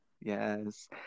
Yes